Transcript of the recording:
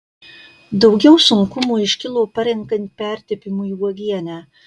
daugiau sunkumų iškilo parenkant pertepimui uogienę